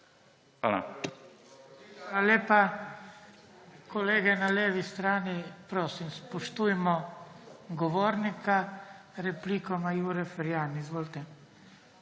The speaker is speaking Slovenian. Hvala lepa. Kolege na levi strani prosim, spoštujmo govornika. Repliko ima Jure Ferjan. Izvolite.